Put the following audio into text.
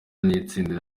n’itsinda